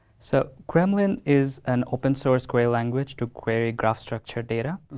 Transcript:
so, gremlin is an open source query language to query graph structured data.